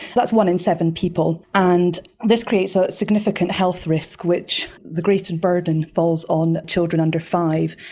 that's one in seven people, and this creates a significant health risk which the greater burden falls on children under five.